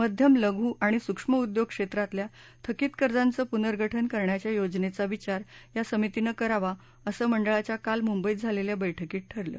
मध्यम लघु आणि सूक्ष्म उद्योग क्षेत्रातल्या थकित कर्जाचं प्नर्गठन करण्याच्या योजनेचा विचार या समितीनं करावा असं मंडळाच्या काल मुंबईत झालेल्या बैठकीत ठरलं